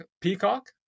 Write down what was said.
peacock